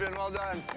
and well done.